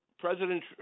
President